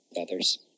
others